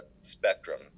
spectrum